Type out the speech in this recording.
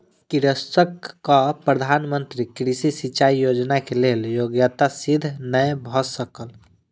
कृषकक प्रधान मंत्री कृषि सिचाई योजना के लेल योग्यता सिद्ध नै भ सकल